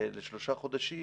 לשלושה חודשים,